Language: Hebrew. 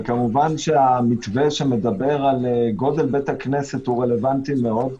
וכמובן שהמתווה שמדבר על גודל בית הכנסת הוא רלוונטי מאוד.